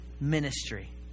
ministry